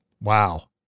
Wow